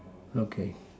okay